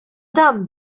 dan